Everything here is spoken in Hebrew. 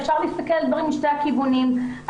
אפשר להסתכל משני הכיוונים.